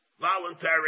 voluntary